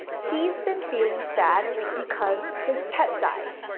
he's been feeling sad because his pet died.